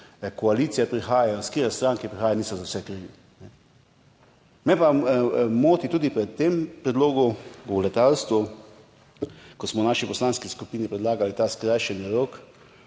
koalicije prihajajo, iz katere stranke prihajajo, niso krivi za vse. Me pa moti tudi pri tem predlogu o letalstvu, ko smo v naši poslanski skupini predlagali ta skrajšani rok,